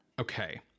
Okay